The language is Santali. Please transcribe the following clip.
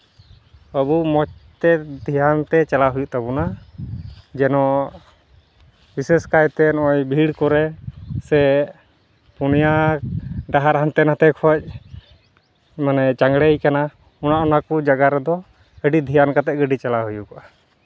ᱟᱵᱚ ᱢᱚᱡᱽᱛᱮ ᱫᱷᱮᱭᱟᱱ ᱛᱮ ᱪᱟᱞᱟᱣ ᱦᱩᱭᱩᱜ ᱛᱟᱵᱳᱱᱟ ᱡᱮᱱᱚ ᱵᱤᱥᱮᱥ ᱠᱟᱭᱛᱮ ᱱᱚᱜᱼᱚᱸᱭ ᱵᱷᱤᱲ ᱠᱚᱨᱮ ᱥᱮ ᱯᱳᱱᱭᱟ ᱰᱟᱦᱟᱨ ᱦᱟᱱᱛᱮ ᱱᱟᱛᱮ ᱠᱷᱚᱡ ᱢᱟᱱᱮ ᱪᱟᱝᱲᱮᱭ ᱠᱟᱱᱟ ᱱᱚᱣᱟ ᱚᱱᱟ ᱠᱚ ᱡᱟᱭᱜᱟ ᱨᱮᱫᱚ ᱟᱹᱰᱤ ᱫᱷᱮᱭᱟᱱ ᱠᱟᱛᱮᱫ ᱜᱟᱹᱰᱤ ᱪᱟᱞᱟᱣ ᱦᱩᱭᱩᱜᱚᱜᱼᱟ